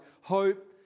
hope